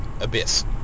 abyss